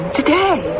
today